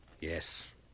Yes